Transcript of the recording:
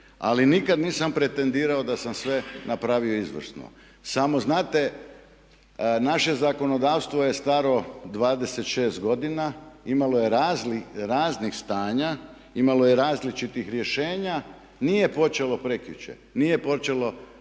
ali nikad nisam pretendirao da sam sve napravio izvrsno. Samo znate naše zakonodavstvo je staro 26 godina, imalo je raznih stanja, imalo je različitih rješenja, nije počelo prekjučer, nije počelo s